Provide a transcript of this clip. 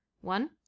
one